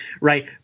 Right